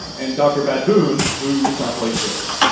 and dr. bad-boon, who sounds like this